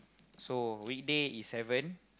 so weekday is seven